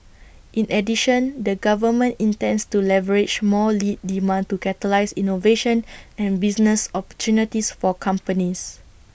in addition the government intends to leverage more lead demand to catalyse innovation and business opportunities for companies